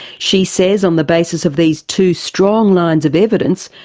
she says on the basis of these two strong lines of evidence,